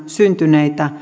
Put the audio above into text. syntyneitä